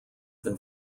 than